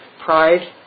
Pride